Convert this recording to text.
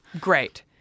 Great